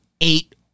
eight